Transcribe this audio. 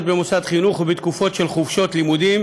במוסד חינוך ובתקופות של חופשות לימודים